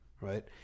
right